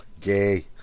Gay